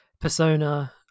Persona